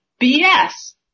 BS